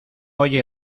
oye